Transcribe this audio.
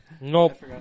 Nope